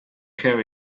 care